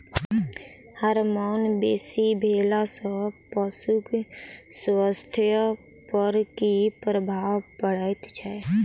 Hormone बेसी भेला सॅ पशुक स्वास्थ्य पर की प्रभाव पड़ैत छै?